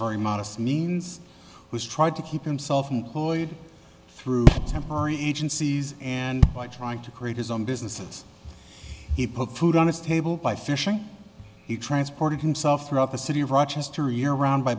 very modest means who's tried to keep him self employed through temporary agencies and by trying to create his own businesses he put food on his table by fishing he transported himself throughout the city of rochester year round b